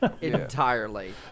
entirely